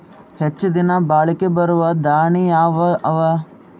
ಹೆಚ್ಚ ದಿನಾ ಬಾಳಿಕೆ ಬರಾವ ದಾಣಿಯಾವ ಅವಾ?